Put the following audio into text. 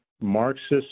Marxist